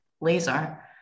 laser